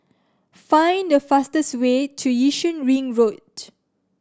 find the fastest way to Yishun Ring Road